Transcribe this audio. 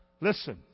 Listen